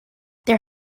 there